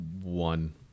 one